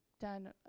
done